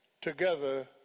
together